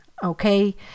Okay